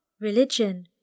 religion